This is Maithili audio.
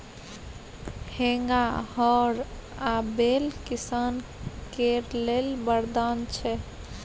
हेंगा, हर आ बैल किसान केर लेल बरदान छै